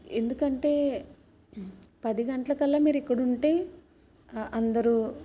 ఎందుకంటే పది గంటల కల్లా మీరు ఇక్కడ ఉంటే అ అందరూ